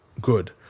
good